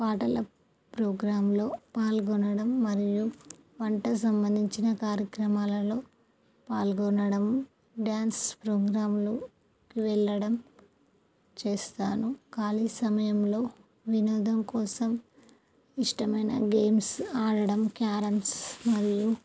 పాటల ప్రోగ్రాంలో పాల్గొనడం మరియు వంటకు సంబంధించిన కార్యక్రమాలలో పాల్గొనడం డ్యాన్స్ ప్రోగ్రాములకు వెళ్ళడం చేస్తాను ఖాళీ సమయంలో వినోదం కోసం ఇష్టమైన గేమ్స్ ఆడడం క్యారమ్స్ మరియు